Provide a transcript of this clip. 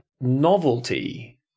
Novelty